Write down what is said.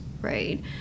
right